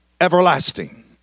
everlasting